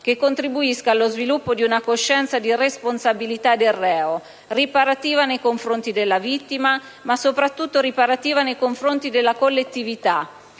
che contribuisca allo sviluppo di una coscienza di responsabilità del reo, riparativa nei confronti della vittima, ma soprattutto nei confronti della collettività;